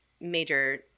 major